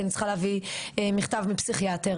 כי אני צריכה להביא מכתב מפסיכיאטר.